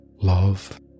love